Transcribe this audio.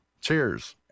Cheers